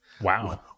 wow